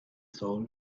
soul